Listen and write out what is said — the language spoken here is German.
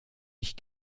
ich